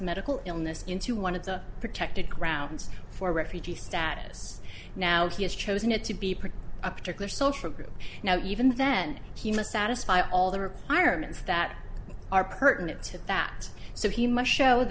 medical illness into one of the protected grounds for refugee status now he has chosen it to be part of a particular social group now even then he must satisfy all the requirements that are pertinent to that so he must show